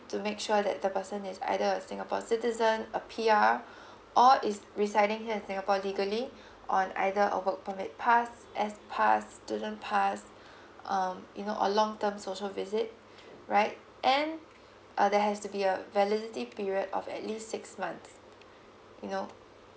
to make sure that the person is either a singapore citizen a P_R or is residing here in singapore legally on either a work permit pass S pass student pass um you know or long term social visit right and uh there has to be a validity period of at least six months you know